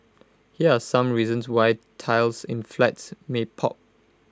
here are some reasons why tiles in flats may pop